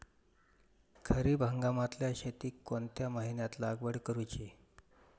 खरीप हंगामातल्या शेतीक कोणत्या महिन्यात लागवड करूची?